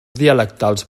dialectals